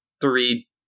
three